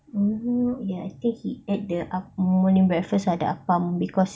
oh ya I think he ate the morning breakfast the apam because